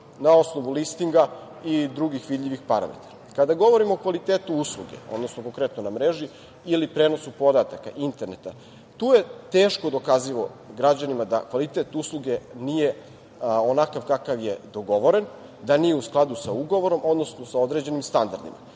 na osnovu listinga i drugih vidljivih parametara. Kada govorimo o kvalitetu usluge, odnosno konkretno na mreži ili prenosu podataka, interneta, tu je teško dokazivo građanima da kvalitet usluge nije onakav kakav je dogovoren, da nije u skladu sa ugovorom, odnosno sa određenim standardima.Dešava